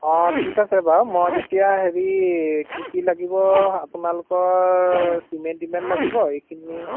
অঁ ঠিক আছে বাৰু মই তেতিয়া হেৰি কি কি লাগিব আপোনালোকৰ চিমেণ্ট টিমেণ্ট লাগিব এইখিনি